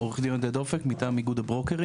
כן, עורך דין עודד אופק, מטעם איגוד הברוקרים.